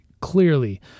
Clearly